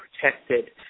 protected